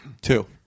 Two